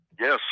Yes